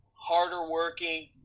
harder-working